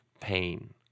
pain